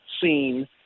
seen